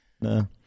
No